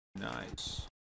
Nice